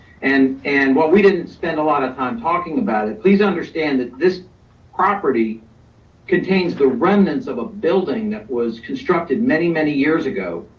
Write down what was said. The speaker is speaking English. and and what we didn't spend a lot of time talking about it. please understand that this property contains the remnants of a building that was constructed many, many years ago,